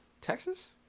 Texas